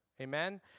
Amen